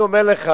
אני אומר לך,